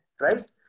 right